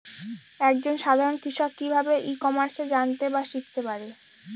এক জন সাধারন কৃষক কি ভাবে ই কমার্সে জানতে বা শিক্ষতে পারে?